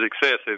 excessive